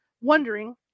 wondering